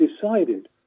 decided